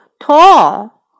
Tall